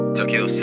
Tokyo